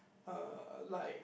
uh like